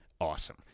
awesome